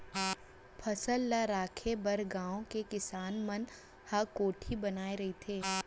फसल ल राखे बर गाँव के किसान मन ह कोठी बनाए रहिथे